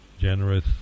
generous